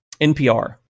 NPR